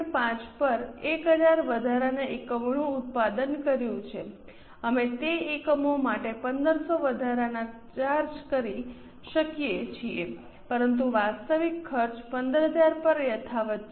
5 પર 1000 વધારાના એકમોનું ઉત્પાદન કર્યું છે અમે તે એકમો માટે 1500 વધારાના ચાર્જ કરી શકીએ છીએ પરંતુ વાસ્તવિક ખર્ચ 15000 પર યથાવત્ છે